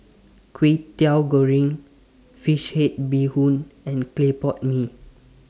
Kwetiau Goreng Fish Head Bee Hoon and Clay Pot Mee